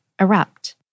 erupt